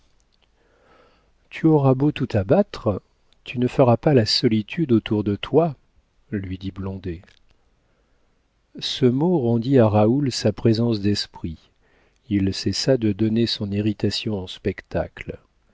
tu auras beau tout abattre tu ne feras pas la solitude autour de toi lui dit blondet ce mot rendit à raoul sa présence d'esprit il cessa de donner son irritation en spectacle